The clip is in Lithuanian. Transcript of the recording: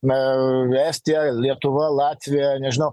na estija lietuva latvija nežinau